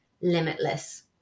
limitless